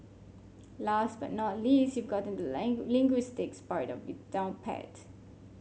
last but not least you've gotten the linguistics part of it down pat